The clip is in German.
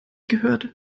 gehört